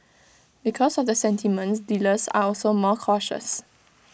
because of the sentiment dealers are also more cautious